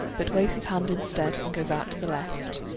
but waves his hand instead, and goes out to the left.